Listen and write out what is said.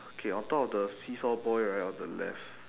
okay on top of the seesaw boy right on the left